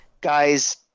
Guys